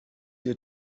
you